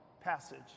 passage